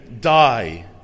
die